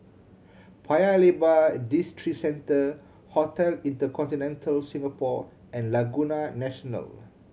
Paya Lebar Districentre Hotel InterContinental Singapore and Laguna National